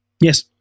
Yes